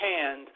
hand